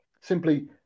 simply